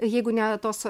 jeigu ne tos